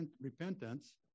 repentance